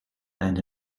and